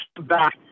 back